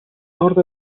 nord